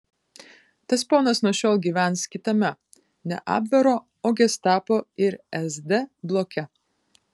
tas ponas nuo šiol gyvens kitame ne abvero o gestapo ir sd bloke